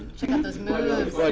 check out those moves. like